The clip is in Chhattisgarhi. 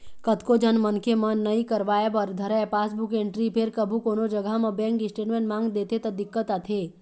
कतको झन मनखे मन नइ करवाय बर धरय पासबुक एंटरी फेर कभू कोनो जघा म बेंक स्टेटमेंट मांग देथे त दिक्कत आथे